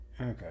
Okay